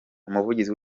umuvugizi